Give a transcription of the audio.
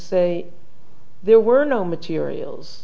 say there were no materials